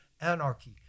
anarchy